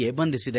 A ಬಂಧಿಸಿದೆ